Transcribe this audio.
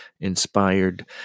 inspired